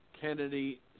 Kennedy